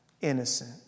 innocent